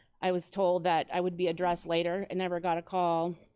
i was told that i would be addressed later and never got a call,